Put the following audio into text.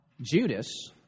Judas